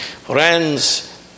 Friends